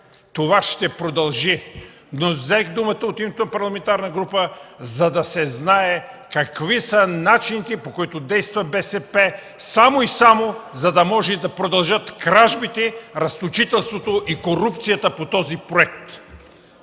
това ще продължи, но взех думата от името на парламентарната група, за да се знае какви са начините, по които действа БСП, само и само да може да продължат кражбите, разточителството и корупцията по този проект!